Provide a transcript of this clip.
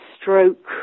stroke